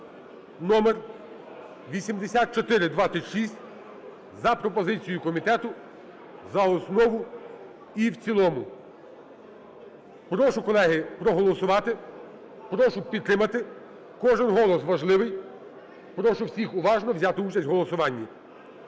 (№ 8426) за пропозицією комітету за основу і в цілому. Прошу, колеги, проголосувати. Прошу підтримати. Кожен голос важливий. Прошу всіх уважно взяти участь у голосуванні.